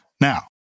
Now